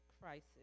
crisis